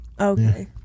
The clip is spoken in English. Okay